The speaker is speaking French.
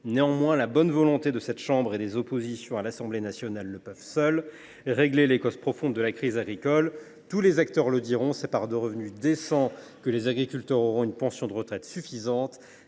Néanmoins, la bonne volonté de cette chambre et des oppositions à l’Assemblée nationale ne peut à elle seule suffire à traiter les causes profondes de la crise agricole. Tous les acteurs le disent : c’est grâce à des revenus décents que les agriculteurs auront une pension de retraite suffisante.